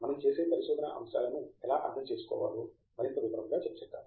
మనం చేసే పరిశోధనా అంశాలను ఎలా అర్థం చేసుకోవాలో మరింత వివరముగా చర్చిద్దాము